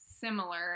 similar